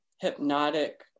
hypnotic